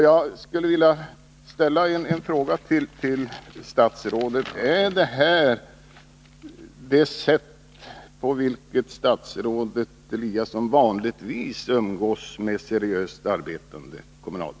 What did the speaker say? Jag skulle vilja ställa en fråga till statsrådet: Är det här det sätt på vilket statsrådet Eliasson vanligtvis umgås med seriöst arbetande kommunalmän?